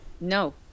no